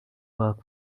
work